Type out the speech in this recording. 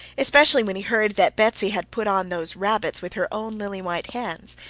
especially when he heard that betsy had put on those rabbits with her own lily-white hands.